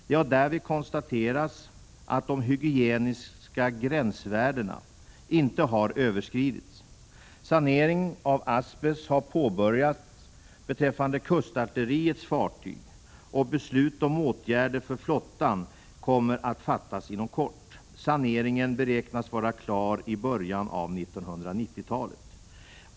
Det har därvid konstaterats att de hygieniska gränsvärdena inte har överskridits. Sanering av asbest har påbörjats beträffande kustartilleriets fartyg, och beslut om åtgärder för flottan kommer att fattas inom kort. Saneringen beräknas vara klar i början av 1990-talet.